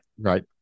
right